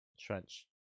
trench